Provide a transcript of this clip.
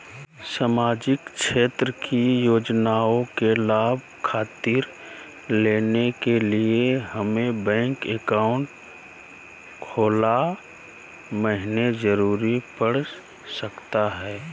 सामाजिक क्षेत्र की योजनाओं के लाभ खातिर लेने के लिए हमें बैंक अकाउंट खोला महिना जरूरी पड़ सकता है?